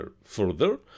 further